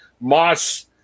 Moss